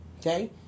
okay